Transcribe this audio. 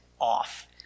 off